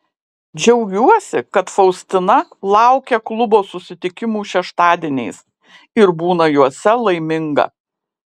džiaugiuosi kad faustina laukia klubo susitikimų šeštadieniais ir būna juose laiminga